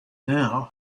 now